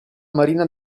marina